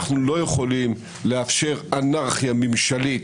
אנחנו לא יכולים לאפשר אנרכיה ממשלית,